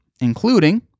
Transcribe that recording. including